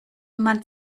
man